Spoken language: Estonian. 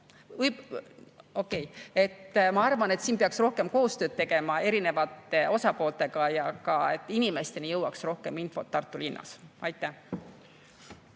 ma arvan, et siin peaks rohkem koostööd tegema erinevate osapooltega, et inimesteni jõuaks rohkem infot Tartu linnas. Aitäh,